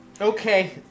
Okay